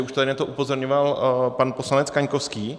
Už tady na to upozorňoval pan poslanec Kaňkovský.